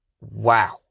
Wow